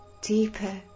deeper